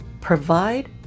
provide